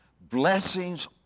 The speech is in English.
blessings